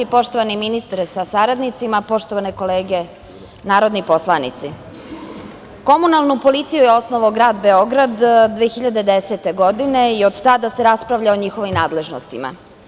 Poštovani ministre sa saradnicima, poštovane kolege narodni poslanici, komunalnu policiju je osnovao grad Beograd 2010. godine i od tada se raspravlja o njenim nadležnostima.